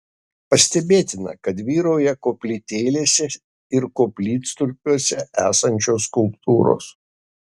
pastebėtina kad vyrauja koplytėlėse ir koplytstulpiuose esančios skulptūros